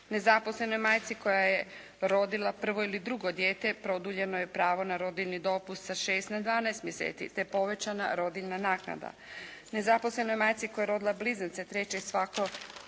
Nezaposlenoj majci koja je rodila prvo ili drugo dijete produljeno je pravo na rodiljni dopust sa šest na dvanaest mjeseci te povećana rodiljna naknada. Nezaposlenoj majci koja je rodila blizance, treće i svako naredno